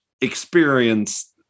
experience